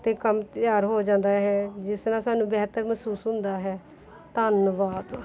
ਅਤੇ ਕੰਮ ਤਿਆਰ ਹੋ ਜਾਂਦਾ ਹੈ ਜਿਸ ਨਾਲ ਸਾਨੂੰ ਬਿਹਤਰ ਮਹਿਸੂਸ ਹੁੰਦਾ ਹੈ ਧੰਨਵਾਦ